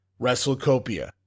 WrestleCopia